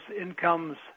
incomes